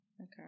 Okay